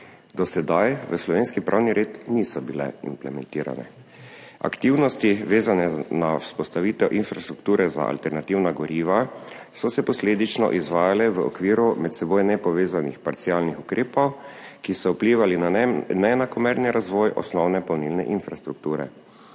do sedaj v slovenski pravni red niso bile implementirane. Aktivnosti, vezane na vzpostavitev infrastrukture za alternativna goriva, so se posledično izvajale v okviru med seboj nepovezanih parcialnih ukrepov, ki so vplivali na neenakomeren razvoj osnovne polnilne infrastrukture.